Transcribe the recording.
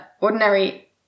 ordinary